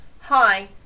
Hi